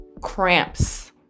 cramps